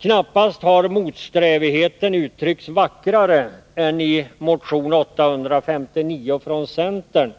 Knappast har motsträvigheten uttryckts vackrare än i motion 859 från centern,